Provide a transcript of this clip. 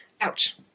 ouch